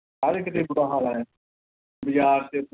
ਸਾਰੇ ਕਿਤੇ ਬੁਰਾ ਹਾਲ ਹੈ ਬਾਜਾਰ 'ਚ